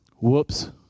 Whoops